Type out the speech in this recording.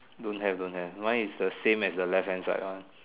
don't have don't have mine is the same as the left hand side one